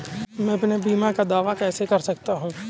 मैं अपने बीमा का दावा कैसे कर सकता हूँ?